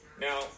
Now